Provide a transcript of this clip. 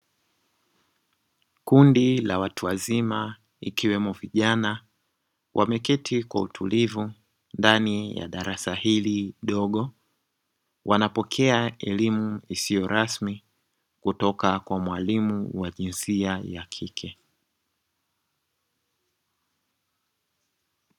Kundi la watu wazima ikiwemo vijana wameketi kwa utulivu ndani ya darasa hili dogo, wanapokea elimu isiyo rasmi kutoka kwa mwalimu wa jinsia ya kike.